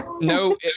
No